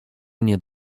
mnie